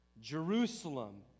Jerusalem